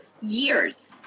years